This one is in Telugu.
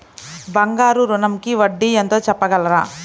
బంగారు ఋణంకి వడ్డీ ఎంతో చెప్పగలరా?